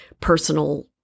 personal